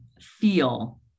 feel